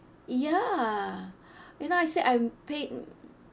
ya and I said I'm paying